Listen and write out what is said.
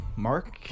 Mark